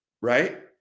right